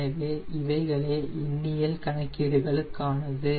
எனவே இவைகளே எண்ணியல் கணக்கீடுகளுக்கானது